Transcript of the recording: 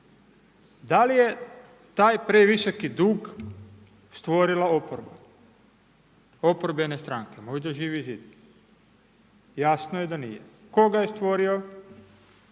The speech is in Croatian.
Da li je taj previsoki dug stvorila oporba, oporbene stranke? Možda Živi zid. Jasno je da nije. Tko ga je stvorio?